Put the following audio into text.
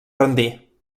rendir